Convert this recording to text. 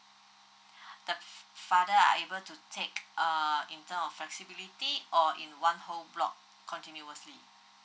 the father are able to take err in terms of flexibility or in one whole block continuously